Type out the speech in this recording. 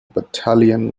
battalion